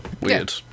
weird